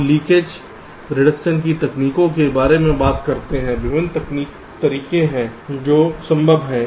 अब leakage reduction की तकनीकों के बारे में बात करते हुए विभिन्न तरीके हैं जो संभव हैं